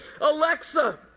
Alexa